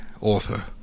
author